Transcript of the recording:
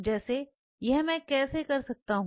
जैसे यह मैं कैसे कर सकता हूं